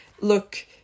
look